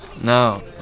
No